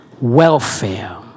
Welfare